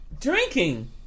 Drinking